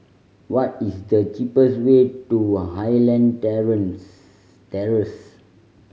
what is the cheapest way to Highland Terrace